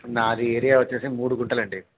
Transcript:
నాది ఏరియా వచ్చి మూడు గుంటలు అండి